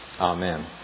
Amen